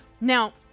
Now